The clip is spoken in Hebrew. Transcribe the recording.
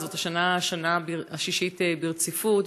זאת השנה השישית ברציפות.